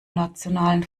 nationalen